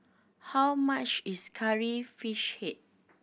how much is Curry Fish Head